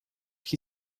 que